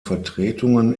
vertretungen